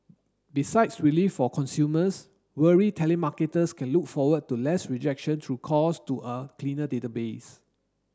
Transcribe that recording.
besides relief for consumers weary telemarketers can look forward to less rejection through calls to a cleaner database